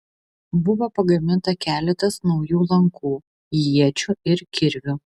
buvo pagaminta keletas naujų lankų iečių ir kirvių